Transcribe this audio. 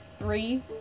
three